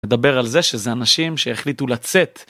מדבר על זה שזה אנשים שהחליטו לצאת.